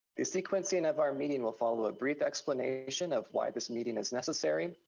the sequencing of our meeting will follow a brief explanation of why this meeting is necessary,